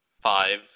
five